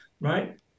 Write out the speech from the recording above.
right